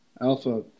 Alpha